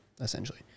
essentially